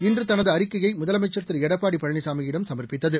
இன்று தனது அறிக்கைய முதலமைச்சா் திரு எடப்பாடி பழனிசாமியிடம் இன்று சமா்ப்பித்தது